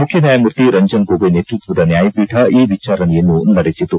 ಮುಖ್ಯ ನ್ಹಾಯಮೂರ್ತಿ ರಂಜನ್ ಗೋಗೊಯ್ ನೇತೃತ್ವದ ನ್ಲಾಯಪೀಠ ಈ ವಿಚಾರಣೆಯನ್ನು ನಡೆಸಿತು